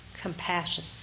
compassion